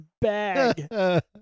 bag